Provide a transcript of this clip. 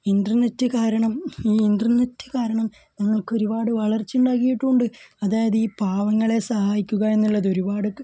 internet കാരണം ഈ internet കാരണം ഞങ്ങൾക്ക് ഒരുപാട് വളർച്ച ഉണ്ടാക്കിയിട്ടുണ്ട് അതായത് ഈ പാവങ്ങളെ സഹായിക്കുക എന്നുള്ളത് ഒരുപാട്